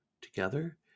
Together